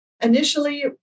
Initially